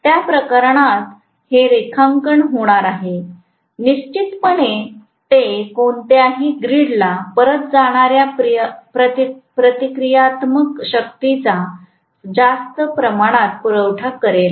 तर त्या प्रकरणात हे रेखांकन होणार आहे निश्चितपणे ते त्याऐवजी ग्रीडला परत जाणाऱ्या प्रतिक्रियात्मक शक्तीचा जास्त प्रमाणात पुरवठा करेल